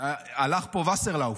הלך פה וסרלאוף,